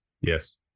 Yes